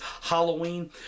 Halloween